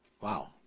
Wow